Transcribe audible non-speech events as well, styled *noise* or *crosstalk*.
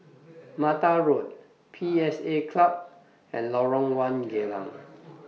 *noise* Mata Road P S A Club and Lorong one Geylang